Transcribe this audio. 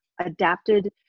adapted